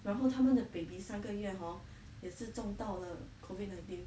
然后他们的 baby 三个月 hor 也是中到了 COVID nineteen